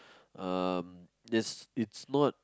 um that's it's not